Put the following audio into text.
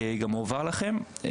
הוא גם הועבר לכם.